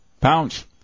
pounce